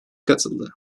katıldı